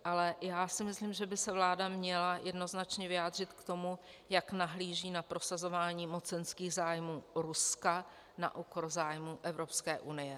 Ale já si myslím, že by se vláda měla jednoznačně vyjádřit k tomu, jak nahlíží na prosazování mocenských zájmů Ruska na úkor zájmů Evropské unie.